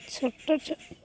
ଛୋଟ ଛୋଟ